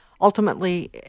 ultimately